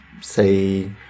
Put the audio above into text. say